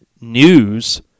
news